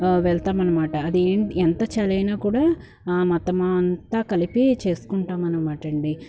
వెళ్తామనమాట అది ఏంటి ఎంత చలైన కూడా మతమా అంతా కలిపి చేస్కుంటామనమాట అండి